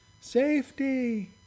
safety